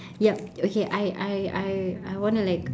ya okay I I I I want to like